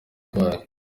kwayo